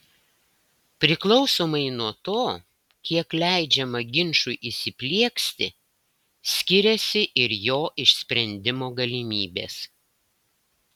priklausomai nuo to kiek leidžiama ginčui įsiplieksti skiriasi ir jo išsprendimo galimybės